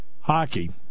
Hockey